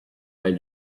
and